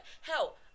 Hell